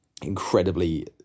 incredibly